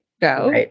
go